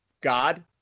God